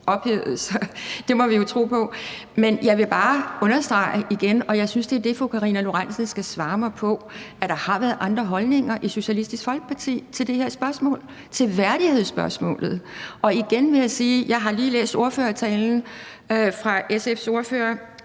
det må vi jo tro på. Men jeg vil bare understrege igen, og jeg synes, det er det, fru Karina Lorentzen Dehnhardt skal svare mig på, at der har været andre holdninger i Socialistisk Folkeparti til det her spørgsmål, til værdighedsspørgsmålet. Igen vil jeg sige, at jeg lige har læst ordførertalen fra SF's ordfører.